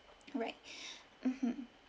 right mmhmm